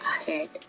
ahead